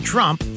Trump